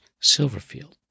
Silverfield